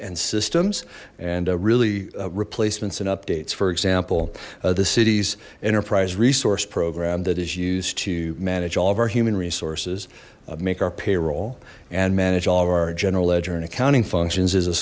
and systems really replacements and updates for example the city's enterprise resource program that is used to manage all of our human resources make our payroll and manage all of our general ledger and accounting functions is a